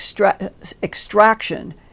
extraction